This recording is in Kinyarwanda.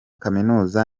kaminuza